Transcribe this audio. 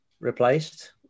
replaced